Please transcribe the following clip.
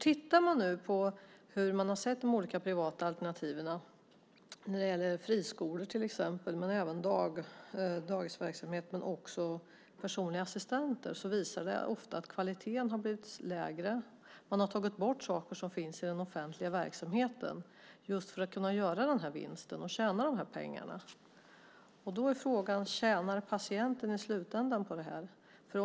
Tittar man nu på de olika privata alternativen - till exempel friskolor men även dagisverksamhet och personliga assistenter - visar det sig ofta att kvaliteten har blivit lägre. Man har tagit bort saker som finns i den offentliga verksamheten just för att kunna göra en vinst och tjäna pengar. Då är frågan: Tjänar patienten i slutändan på det här?